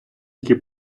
які